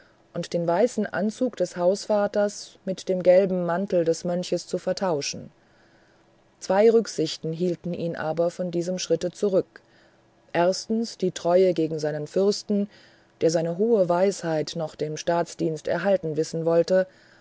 und den weißen anzug des hausvaters mit dem gelben mantel eines mönches zu vertauschen zwei rücksichten hielten ihn aber von diesem schritte zurück erstens die treue gegen seinen fürsten der seine hohe weisheit noch dem staatsdienste erhalten wissen wollte